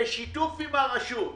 בשיתוף עם הרשות.